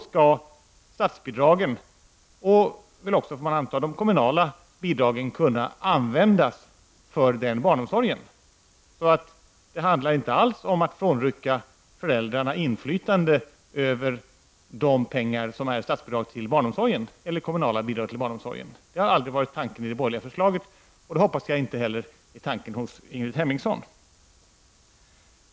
Statsbidragen och -- får man väl också anta -- de kommunala bidragen skall då kunna användas för den barnomsorgen. Det handlar alltså inte alls om att frånrycka föräldrarna inflytande över de pengar som går ut som statliga eller kommunala bidrag till barnomsorgen. Det har aldrig varit tanken i det borgerliga förslaget, och jag hoppas att det inte heller är Ingrid Hemmingssons tanke.